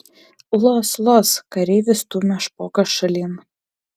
los los kareivis stumia špoką šalin